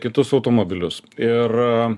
kitus automobilius ir